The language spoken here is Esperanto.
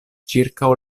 ĉirkaŭ